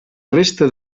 resta